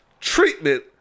treatment